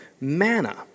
manna